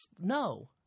no